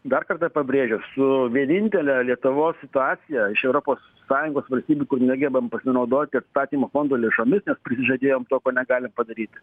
dar kartą pabrėžiu su vienintele lietuvos situacija iš europos sąjungos valstybių kur negebam pasinaudoti atstatymo fondo lėšomis nes prisižadėjom to ko negalim padaryt